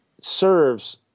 serves